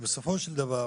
שבסופו של דבר